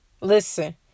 listen